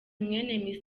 mwene